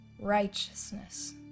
righteousness